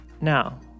Now